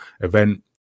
event